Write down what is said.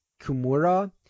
Kumura